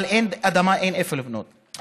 אבל אין אדמה איפה לבנות.